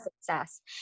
success